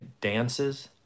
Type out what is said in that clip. dances